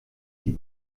die